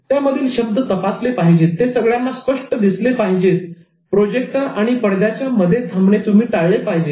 त्यामधील शब्द तपासले पाहिजेत ते सगळ्यांना स्पष्ट दिसले पाहिजेतदृश्यमानता प्रोजेक्टर आणि पडद्याच्या मध्ये थांबणे टाळले पाहिजे